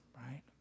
right